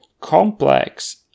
complex